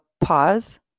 pause